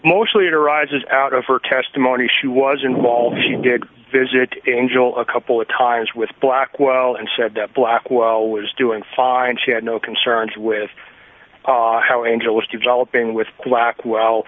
mostly it arises out of her testimony she was involved she did visit angel a couple of times with blackwell and said that blackwell was doing fine she had no concerns with how in jail was developing with blackwell